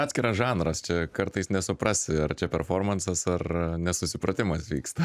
žatskiras žanras čia kartais nesuprasi ar čia performansas ar nesusipratimas vyksta